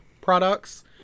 products